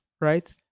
right